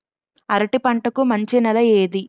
అరటి పంట కి మంచి నెల ఏది?